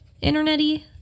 internet-y